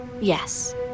Yes